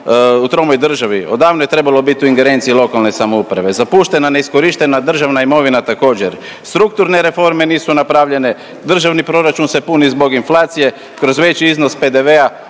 u tromoj državi, odavno je trebalo biti u ingerenciji lokalne samouprave, zapuštena neiskorištena državna imovina također, strukturne reforme nisu napravljene, državni proračun se puni zbog inflacije kroz veći iznos PDV-a